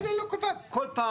לא כל פעם,